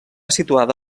situada